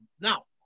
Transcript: Now